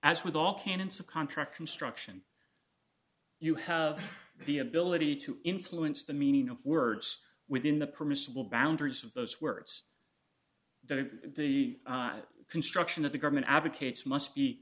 as with all canons of contract construction you have the ability to influence the meaning of words within the permissible boundaries of those words that the construction of the government advocates must be